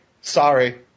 sorry